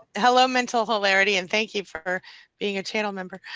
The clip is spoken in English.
hello, mental hilarity and thank you for being a channel member.